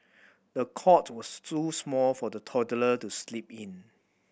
the cot was too small for the toddler to sleep in